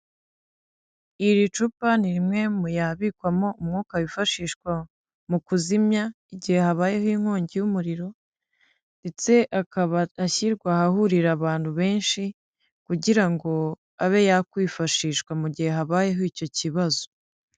Iri cupa ni rimwe mu yabikwamo umwuka wifashishwa mu kuzimya, igihe habayeho inkongi y'umuriro ndetse akaba ashyirwa ahahurira abantu benshi, kugira ngo abe yakwifashishwa mu gihe habayeho icyo kibazo.